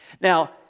Now